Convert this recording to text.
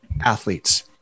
athletes